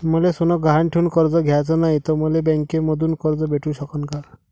मले सोनं गहान ठेवून कर्ज घ्याचं नाय, त मले बँकेमधून कर्ज भेटू शकन का?